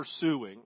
pursuing